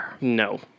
No